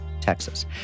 Texas